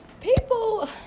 people